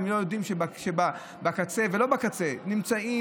והם לא יודעים שבקצה ולא בקצה נמצאות